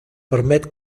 permet